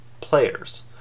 Players